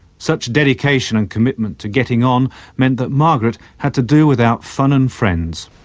such dedication and commitment to getting on meant that margaret had to do without fun and friends.